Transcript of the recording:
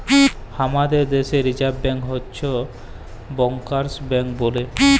হামাদের দ্যাশে reserve bank হচ্ছ ব্যাংকার্স ব্যাঙ্ক বলে